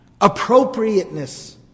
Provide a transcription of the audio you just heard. Appropriateness